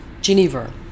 Geneva